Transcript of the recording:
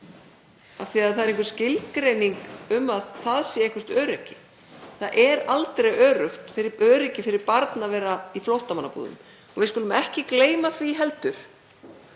af því að það er einhver skilgreining um að þar sé eitthvert öryggi. Það er aldrei öryggi fyrir barn að vera í flóttamannabúðum. Og við skulum ekki heldur